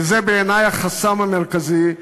וזה בעיני החסם המרכזי,